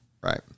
right